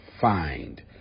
find